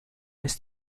ist